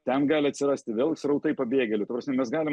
ten gali atsirasti vėl srautai pabėgėlių ta prasme mes galim